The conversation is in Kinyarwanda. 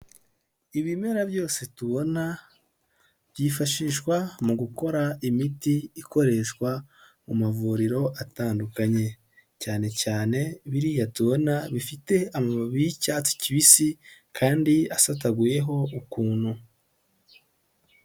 Ibimera byose tubona byifashishwa mu gukora imiti ikoreshwa mu mavuriro atandukanye cyane cyane biriya tubona bifite amababi y'icyatsi kibisi kandi asataguyeho ukuntu.